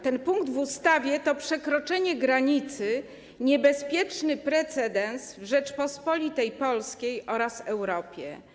Ten punkt w ustawie to przekroczenie granicy, niebezpieczny precedens w Rzeczypospolitej Polskiej oraz w Europie.